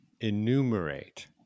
enumerate